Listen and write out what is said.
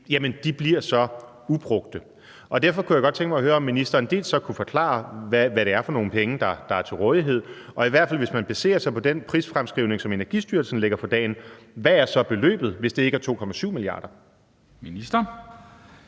forbliver ubrugte. Derfor kunne jeg godt tænke mig at høre, om ministeren kan forklare, hvad det er for nogle penge, der er til rådighed, i hvert fald hvis man baserer sig på den prisfremskrivning, som Energistyrelsen lægger for dagen – hvad er så beløbet, hvis det ikke er 2,7 mia. kr.? Kl.